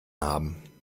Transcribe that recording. haben